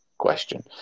Question